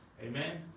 Amen